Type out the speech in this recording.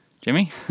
Jimmy